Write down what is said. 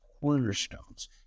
cornerstones